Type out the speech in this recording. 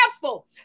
careful